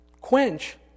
quench